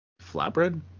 Flatbread